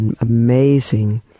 amazing